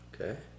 Okay